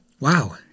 Wow